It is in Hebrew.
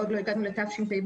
עוד לא הגענו לתשפ"ב,